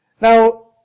Now